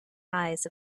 eyes